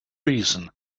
reason